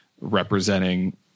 representing